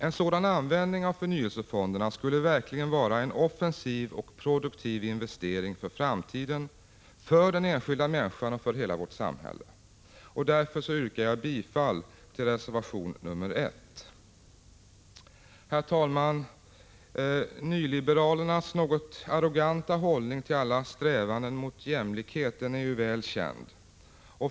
En sådan användning av förnyelsefonderna skulle verkligen vara en offensiv och produktiv investering för framtiden, för den enskilda människan och för hela vårt samhälle. Därför yrkar jag bifall till reservation 1. Herr talman! Nyliberalernas något arroganta hållning till alla strävanden mot jämlikhet är väl känd.